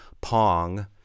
pong